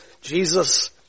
Jesus